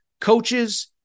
coaches